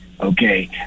okay